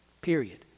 Period